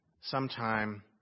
sometime